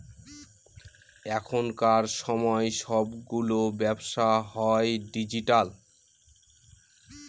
এখনকার সময় সবগুলো ব্যবসা হয় ডিজিটাল